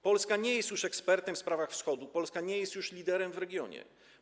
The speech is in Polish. Polska nie jest już ekspertem w sprawach Wschodu, Polska nie jest już liderem w regionie.